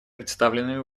представленными